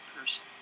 person